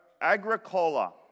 Agricola